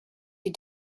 you